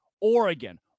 Oregon